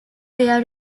their